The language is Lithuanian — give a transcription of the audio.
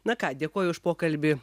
na ką dėkoju už pokalbį